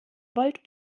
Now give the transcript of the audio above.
wollt